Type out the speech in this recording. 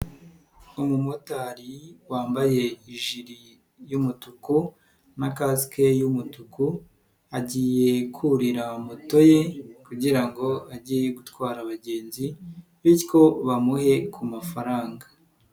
Umumotari wambaye ijiri y'umutuku na kasike y'umutuku agiye kurira moto ye kugira ngo ajye gutwara abagenzi bityo bamuhe ku mafaranga.